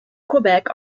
quebec